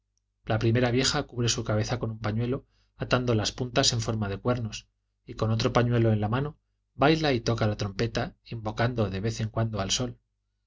la primera vieja cubre su cabeza con un pañuelo atando las puntas en forma de cuernos y con otro pañuelo en la mano baila y toca la trompeta invocando de vez en cuando al sol